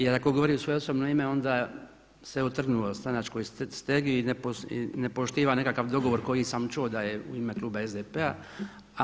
Jer ako govori u svoje osobno ime onda se otrgnuo stranačkoj stegi i ne poštiva nekakav dogovor koji sam čuo da je u ime kluba SDP-a.